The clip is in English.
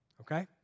Okay